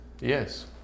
Yes